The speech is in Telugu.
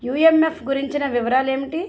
యుఎమ్ఎఫ్ గురించిన వివరాలు ఏమిటి